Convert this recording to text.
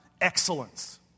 excellence